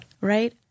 right